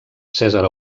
cèsar